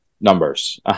numbers